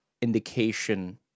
indication